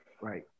right